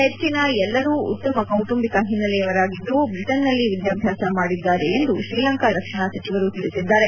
ಹೆಚ್ಚಿನ ಎಲ್ಲರೂ ಉತ್ತಮ ಕೌಟುಂಬಿಕ ಹಿನ್ನೆಲೆಯವರಾಗಿದ್ದು ಬ್ರಿಟನ್ನಲ್ಲಿ ವಿದ್ಯಾಭ್ಯಾಸ ಮಾಡಿದ್ದಾನೆ ಎಂದು ಶ್ರೀಲಂಕಾ ರಕ್ಷಣಾ ಸಚಿವರು ತಿಳಿಸಿದ್ದಾರೆ